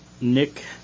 Nick